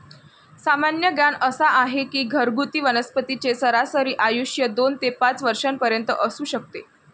सामान्य ज्ञान असा आहे की घरगुती वनस्पतींचे सरासरी आयुष्य दोन ते पाच वर्षांपर्यंत असू शकते